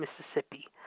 Mississippi